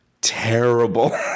terrible